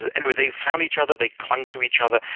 ah anyway, they found each other, they clung to each other,